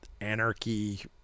anarchy